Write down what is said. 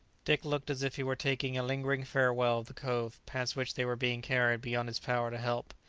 dick looked as if he were taking a lingering farewell of the cove past which they were being carried beyond his power to help.